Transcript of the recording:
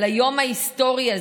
על היום ההיסטורי הזה,